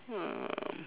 um